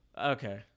Okay